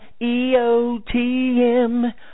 EOTM